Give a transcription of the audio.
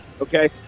okay